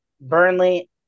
Burnley